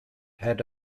had